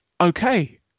Okay